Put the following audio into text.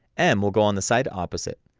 m will go on the side opposite,